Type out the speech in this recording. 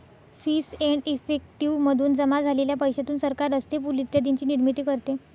fees and effective मधून जमा झालेल्या पैशातून सरकार रस्ते, पूल इत्यादींची निर्मिती करते